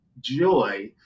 joy